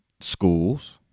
Schools